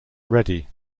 ready